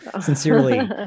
sincerely